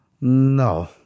No